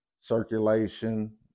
circulation